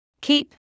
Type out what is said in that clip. Keep